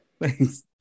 thanks